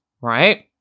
right